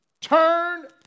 Turn